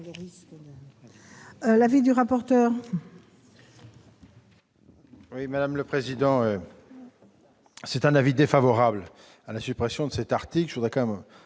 l'avis du rapporteur.